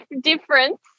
difference